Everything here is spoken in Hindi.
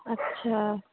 अच्छा